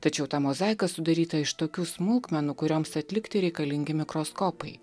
tačiau ta mozaika sudaryta iš tokių smulkmenų kurioms atlikti reikalingi mikroskopai